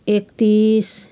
एक्तिस